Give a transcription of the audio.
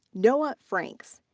noah franks,